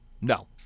No